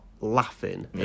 laughing